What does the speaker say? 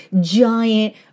giant